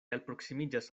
alproksimiĝas